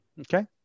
Okay